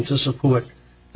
to support the